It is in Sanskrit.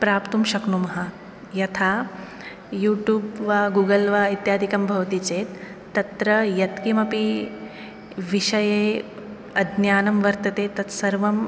प्राप्तुं शक्नुमः यथा यूट्युब्वा गूगल् वा इत्यादिकं भवति चेत् तत्र यत्किमपि विषये अज्ञानं वर्त्तते तत् सर्वं